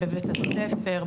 בבית הספר,